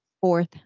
fourth